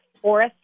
fourth